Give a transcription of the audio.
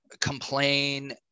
complain